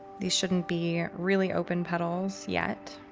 these shouldn't be really open petals yet